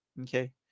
Okay